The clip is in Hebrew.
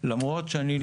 למרות שאני,